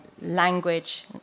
language